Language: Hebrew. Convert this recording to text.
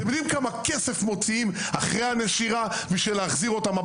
אתם יודעים כמה כסף מוציאים אחרי הנשירה בשביל להחזיר אותם?